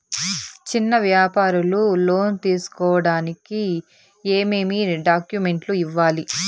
చిన్న వ్యాపారులు లోను తీసుకోడానికి ఏమేమి డాక్యుమెంట్లు ఇవ్వాలి?